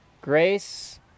Grace